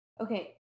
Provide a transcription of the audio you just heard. Okay